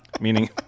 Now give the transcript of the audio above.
Meaning